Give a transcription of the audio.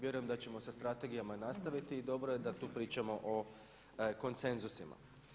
Vjerujem da ćemo sa strategijama i nastaviti i dobro je da tu pričamo o konsenzusima.